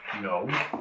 No